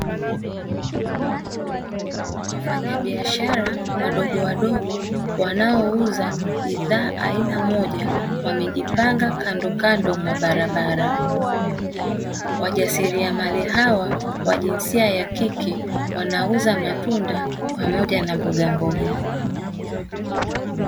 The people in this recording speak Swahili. Wafanyabiashara wadogowadogo wanaouza bidhaa aina moja wamejipanga kandokando mwa barabara. Wajasiriamali hawa wa jinsia ya kike wanauza matunda pamoja na mbogamboga.